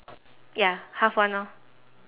ya half one orh